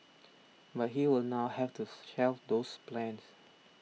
but he will now have to shelve those plans